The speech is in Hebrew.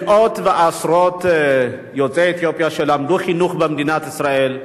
מאות ועשרות יוצאי אתיופיה שלמדו חינוך במדינת ישראל,